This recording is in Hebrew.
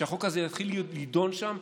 כשהחוק הזה יתחיל להידון שם,